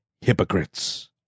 hypocrites